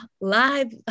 live